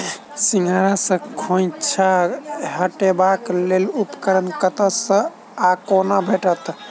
सिंघाड़ा सऽ खोइंचा हटेबाक लेल उपकरण कतह सऽ आ कोना भेटत?